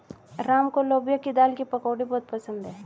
राम को लोबिया की दाल की पकौड़ी बहुत पसंद हैं